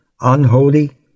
unholy